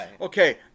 okay